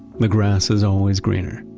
the grass is always greener,